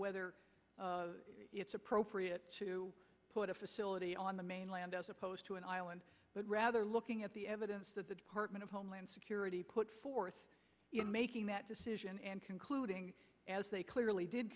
whether it's appropriate to put a facility on the mainland as opposed to an island but rather looking at the evidence that the department of homeland security put forth in making that decision and concluding as they clearly did